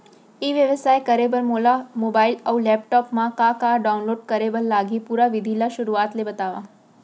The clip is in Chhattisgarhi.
ई व्यवसाय करे बर मोला मोबाइल अऊ लैपटॉप मा का का डाऊनलोड करे बर लागही, पुरा विधि ला शुरुआत ले बतावव?